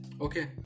Okay